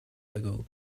ago